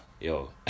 Yo